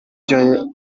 жайы